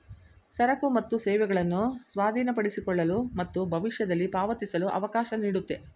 ಸರಕು ಮತ್ತು ಸೇವೆಗಳನ್ನು ಸ್ವಾಧೀನಪಡಿಸಿಕೊಳ್ಳಲು ಮತ್ತು ಭವಿಷ್ಯದಲ್ಲಿ ಪಾವತಿಸಲು ಅವಕಾಶ ನೀಡುತ್ತೆ